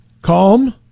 Calm